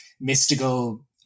mystical